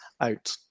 out